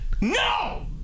No